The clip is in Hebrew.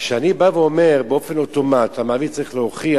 כשאני בא ואומר שבאופן אוטומטי המעביד צריך להוכיח,